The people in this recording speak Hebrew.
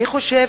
אני חושב